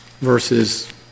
versus